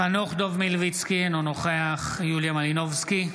חנוך דב מלביצקי, אינו נוכח יוליה מלינובסקי,